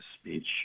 speech